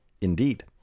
Indeed